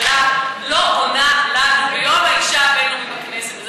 בממשלה לא עונה לנו ביום האישה הבין-לאומי בכנסת.